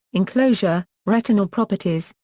enclosure, retinal properties,